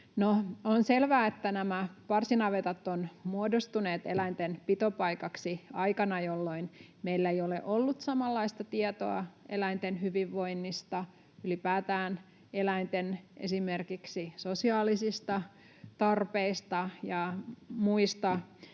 on selvää, että nämä parsinavetat ovat muodostuneet eläinten pitopaikaksi aikana, jolloin meillä ei ole ollut samanlaista tietoa eläinten hyvinvoinnista, ylipäätään eläinten esimerkiksi sosiaalisista tarpeista ja muista